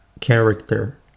character